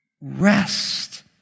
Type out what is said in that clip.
rest